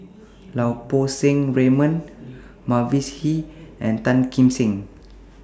Lau Poo Seng Raymond Mavis Hee and Tan Kim Seng